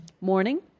Morning